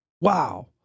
Wow